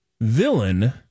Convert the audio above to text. villain